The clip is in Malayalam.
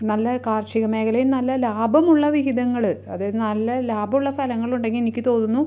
നല്ല കാർഷിക മേഖലയിൽ നല്ല ലാഭമുള്ള വിഹിതങ്ങൾ അതായത് നല്ല ലാഭമുള്ള ഫലങ്ങളുണ്ടെങ്കിൽ എനിക്ക് തോന്നുന്നു